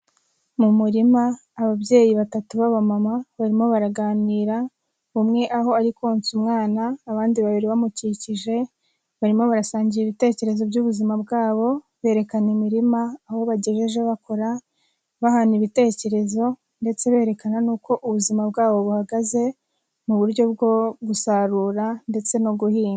Mu murima ababyeyi batatu b'abamama barimo baraganira, umwe aho ari konsa umwana, abandi babiri bamukikije, barimo barasangira ibitekerezo by'ubuzima bwabo, berekana imirima aho bagejeje bakora, bahana ibitekerezo ndetse berekana n'uko ubuzima bwabo buhagaze mu buryo bwo gusarura ndetse no guhinga.